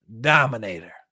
Dominator